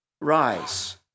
rise